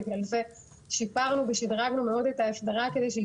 בגלל זה שיפרנו ושדרגנו מאוד את ההסדרה כדי שהיא